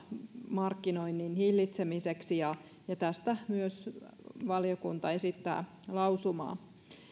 markkinoinnin hillitsemiseksi tästä valiokunta myös esittää lausumaa